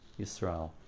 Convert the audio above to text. yisrael